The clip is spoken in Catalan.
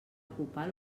ocupar